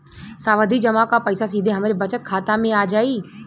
सावधि जमा क पैसा सीधे हमरे बचत खाता मे आ जाई?